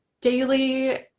daily